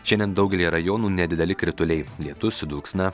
šiandien daugelyje rajonų nedideli krituliai lietus dulksna